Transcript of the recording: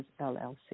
LLC